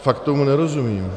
Fakt tomu nerozumím.